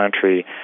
country